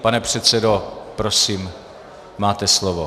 Pane předsedo, prosím, máte slovo.